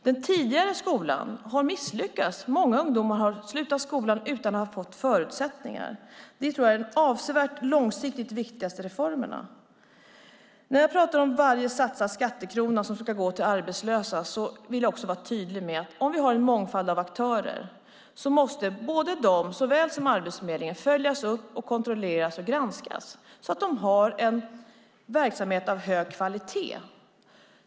Den tidigare skolan har misslyckats. Många ungdomar har slutat skolan utan att ha fått förutsättningar. Vi tror att detta är de enskilt viktigaste reformerna långsiktigt sett. När jag pratar om att varje satsad skattekrona ska gå till arbetslösa vill jag också vara tydlig med att om vi har en mångfald av aktörer så måste både de såväl som Arbetsförmedlingen följas upp, kontrolleras och granskas så att de har en verksamhet av hög kvalitet.